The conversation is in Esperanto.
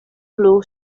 plu